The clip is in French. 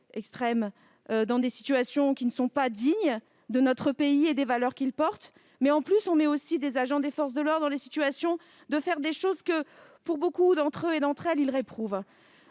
extrêmes dans des conditions qui ne sont pas dignes de notre pays et de nos valeurs, mais de surcroît on met les agents des forces de l'ordre en situation de faire des choses que, pour beaucoup d'entre eux et d'entre elles, ils réprouvent.